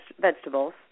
vegetables